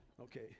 Okay